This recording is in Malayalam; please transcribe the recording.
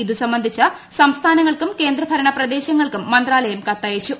ഇത് സംബന്ധിച്ച് സംസ്ഥാനങ്ങൾക്കും കേന്ദ്ര ഭരണ പ്രദേശങ്ങൾക്കും മന്ത്രാലയം കത്ത് അയച്ചു